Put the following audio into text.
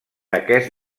aquest